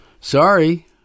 sorry